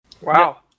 Wow